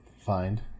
find